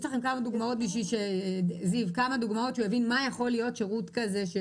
יש לך כמה דוגמאות שהוא יבין מה יכול להיות שירות כזה ש